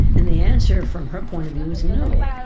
and the answer from her point of view was no.